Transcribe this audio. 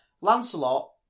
Lancelot